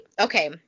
okay